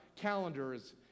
calendars